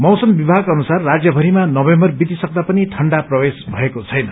मौसम विभाग अनुसार राज्यभरिमा नवम्बर बितिसक्दा पनि ठण्डा प्रवेश भएको छैन